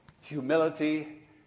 humility